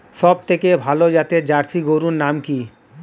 সবথেকে ভালো জাতের জার্সি গরুর নাম কি?